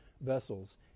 vessels